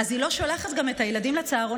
היא גם לא שולחת את הילדים לצהרונים,